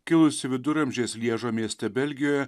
kilusi viduramžiais lježo mieste belgijoje